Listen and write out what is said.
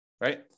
Right